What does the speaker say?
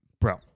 bro